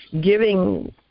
giving